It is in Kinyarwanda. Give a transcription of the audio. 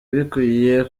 bikwiye